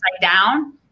down